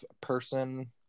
person